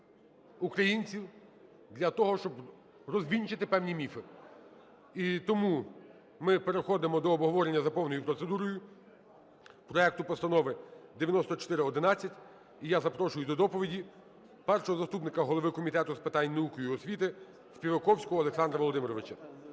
українців для того, щоб розвінчити певні міфи. І тому ми переходимо до обговорення за повною процедурою проекту Постанови 9411. І я запрошую до доповіді першого заступника голови Комітету з питань науки і освіти Співаковського Олександра Володимировича.